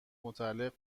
متعلق